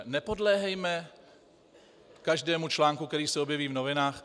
Nepodléhejme každému článku, který se objeví v novinách.